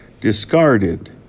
discarded